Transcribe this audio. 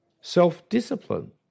self-discipline